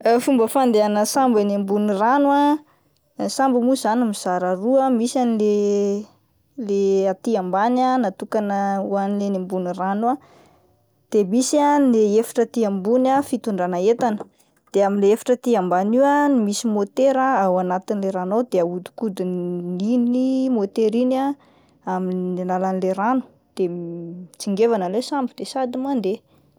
Fomba fandehanany sambo eny ambony rano ah, ny sambo moa zany mizara roa misy an'le le aty ambany ah natokana hoan'ny eny ambony rano ah, de misy ah ny efitra aty ambony fitondrana entana de amin'ilay efitra aty ambany io ah no misy motera ao anatin'ilay rano ao de ahodikodin'iny motera iny ah amin'ny alalan'le rano de m-mitsingevana ilay sambo de sady mandeha.